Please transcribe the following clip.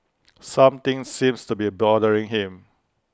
something seems to be bothering him